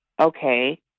okay